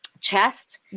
chest